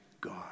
God